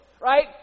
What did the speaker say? right